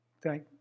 Thank